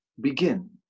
begin